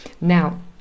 Now